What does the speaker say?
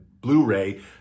Blu-ray